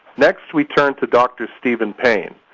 next, we turn to dr. steven paine.